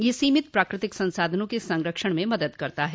यह सीमित प्राकृतिक संसाधनों के संरक्षण में मदद करता है